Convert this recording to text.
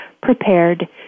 prepared